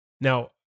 Now